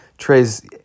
Trey's